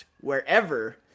wherever